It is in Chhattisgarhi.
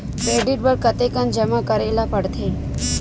क्रेडिट बर कतेकन जमा करे ल पड़थे?